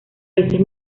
veces